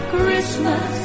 Christmas